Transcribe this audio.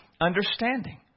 understanding